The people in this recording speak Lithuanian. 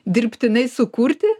dirbtinai sukurti